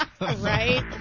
right